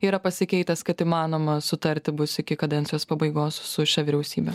yra pasikeitęs kad įmanoma sutarti bus iki kadencijos pabaigos su šia vyriausybe